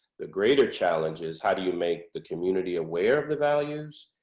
the greater challenge is how do you make the community aware of the values,